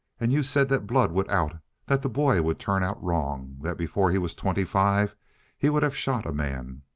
and you said that blood would out that the boy would turn out wrong that before he was twenty-five he would have shot a man?